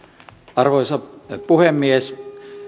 arvoisa puhemies